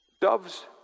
Doves